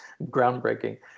groundbreaking